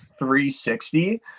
360